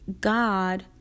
God